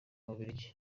bubiligi